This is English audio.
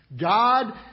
God